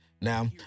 Now